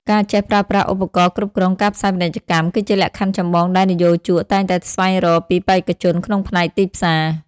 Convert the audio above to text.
ការចេះប្រើប្រាស់ឧបករណ៍គ្រប់គ្រងការផ្សាយពាណិជ្ជកម្ម គឺជាលក្ខខណ្ឌចម្បងដែលនិយោជកតែងតែស្វែងរកពីបេក្ខជនក្នុងផ្នែកទីផ្សារ។